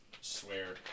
swear